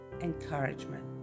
encouragement